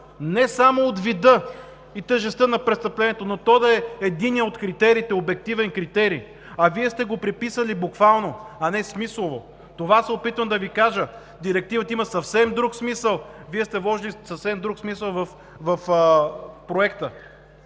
не само от вида и тежестта на престъплението, но то да е един обективен критерий, но Вие сте го преписали буквално, а не смислово. Опитвам се да Ви кажа, че Директивата има съвсем друг смисъл, а Вие сте вложили съвсем друг смисъл в Проекта